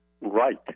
right